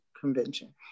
convention